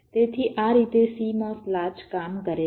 તેથી આ રીતે CMOS લાચ કામ કરે છે